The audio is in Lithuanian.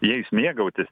jais mėgautis